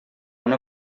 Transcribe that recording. una